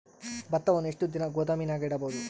ಭತ್ತವನ್ನು ಎಷ್ಟು ದಿನ ಗೋದಾಮಿನಾಗ ಇಡಬಹುದು?